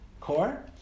core